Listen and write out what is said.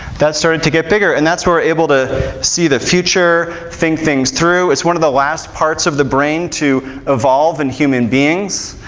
that started to get bigger, and that's where we're able to see the future, think things through, it's one of the last parts of the brain to evolve in human beings.